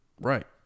Right